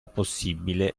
possibile